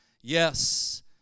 Yes